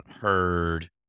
heard